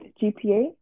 GPA